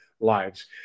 lives